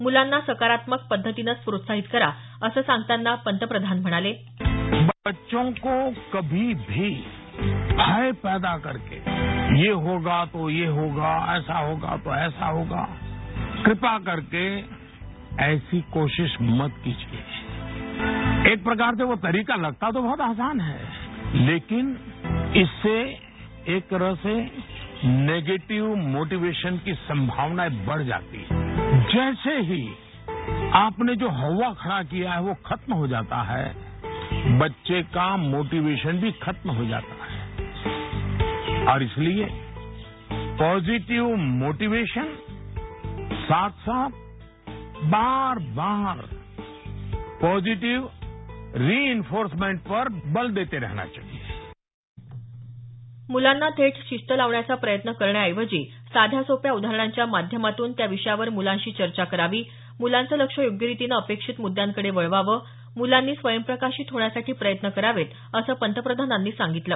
मुलांना सकारात्मक पद्धतीनंच प्रोत्साहित करा असं सांगताना पंतप्रधान म्हणाले बच्चों को कभी भी भय पैदा करके ये होग तो ये होगा ऐसा होगा तो ऐसा होगा कृपा करके ऐसी कोशिश मत किजिये एक प्रकार से वो तरीका लगता तो बहोत आसान है लेकिन इससे एक तरह से निगेटीव्ह मोटीवेशन की संभावना बढ जाती है जैसे ही आपने जो हवा खडा किया होता है वो खत्म हो जाता है बच्चे का मोटीवेशन भी खत्म हो जाता है और इसलिये पॉजिटीव्ह मोटीवेशन साथ साथ बार बार पॉजिटीव रीइनफोर्समेंट पर बल देते रहना चाहिये मूलांना थेट शिस्त लावण्याचा प्रयत्न करण्याऐवजी साध्या सोप्या उदाहरणांच्या माध्यमातून त्या विषयावर मुलांशी चर्चा करावी मुलांचं लक्ष योग्य रितीनं अपेक्षित मुद्यांकडे वळवावं मुलांनी स्वयंप्रकाशित होण्यासाठी प्रयत्न करावेत असं त्यांनी सांगितलं